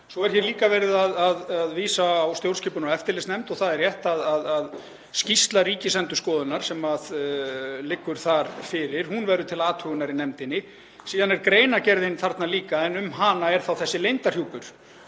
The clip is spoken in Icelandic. Svo er hér líka verið að vísa á stjórnskipunar- og eftirlitsnefnd og það er rétt að skýrsla Ríkisendurskoðunar sem liggur þar fyrir verður til athugunar í nefndinni. Síðan er greinargerðin þarna líka en um hana er þessi leyndarhjúpur.